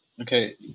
Okay